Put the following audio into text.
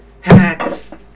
Hats